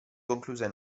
concluse